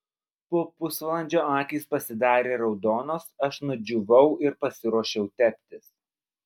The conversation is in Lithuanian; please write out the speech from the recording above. po pusvalandžio akys pasidarė raudonos aš nudžiūvau ir pasiruošiau teptis